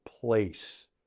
place